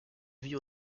vie